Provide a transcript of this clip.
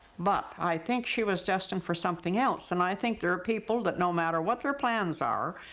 but i think she was destined for something else. and i think there are people that no matter what their plans are,